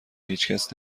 هیچکس